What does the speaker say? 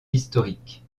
historique